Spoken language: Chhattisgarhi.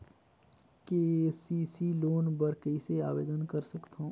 के.सी.सी लोन बर कइसे आवेदन कर सकथव?